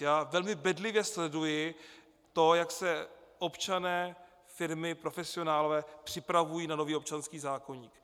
Já velmi bedlivě sleduji to, jak se občané, firmy, profesionálové připravují na nový občanský zákoník.